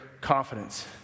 confidence